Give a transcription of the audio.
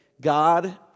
God